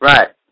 Right